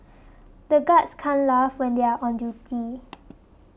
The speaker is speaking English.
the guards can't laugh when they are on duty